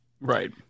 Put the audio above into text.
right